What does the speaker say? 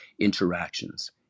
interactions